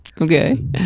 Okay